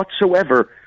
whatsoever